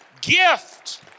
gift